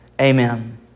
Amen